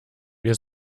wir